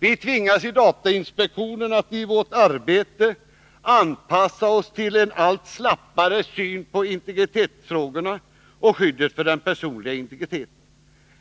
Vi tvingas i datainspektionen att i vårt arbete anpassa oss till en allt slappare syn på integritetsfrågorna och skyddet för den personliga integriteten.